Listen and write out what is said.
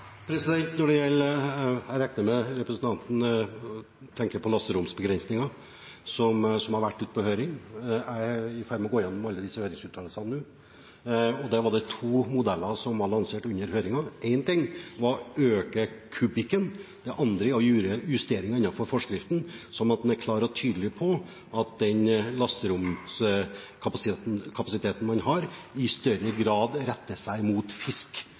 Jeg regner med at representanten tenker på lasteromsbegrensningen, som har vært ute på høring. Jeg er nå i ferd med å gå igjennom alle høringsuttalelsene. Det var to modeller som ble lansert under høringen. Én ting var å øke antall kubikk, den andre å gjøre justeringer innenfor forskriften, slik at en er klar og tydelig på at den lasteromskapasiteten man har, i større grad retter seg mot fisk